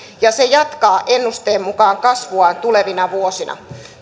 ja se jatkaa ennusteen mukaan kasvuaan tulevina vuosina